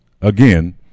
again